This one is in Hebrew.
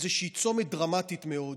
איזשהו צומת דרמטי מאוד.